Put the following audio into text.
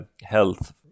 health